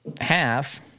half